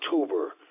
October